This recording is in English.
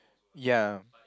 ya